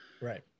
right